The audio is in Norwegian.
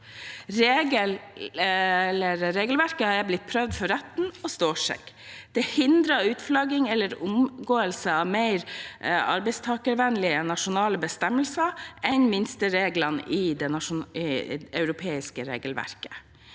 Regelverket har blitt prøvd for retten og står seg. Det hindrer utflagging eller omgåelse av mer arbeidstakervennlige nasjonale bestemmelser enn minstereglene i det europeiske regelverket.